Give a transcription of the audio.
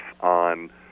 on